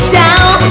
down